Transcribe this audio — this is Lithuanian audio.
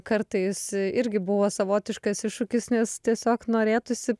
kartais irgi buvo savotiškas iššūkis nes tiesiog norėtųsi